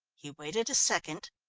he waited a second,